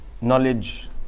knowledge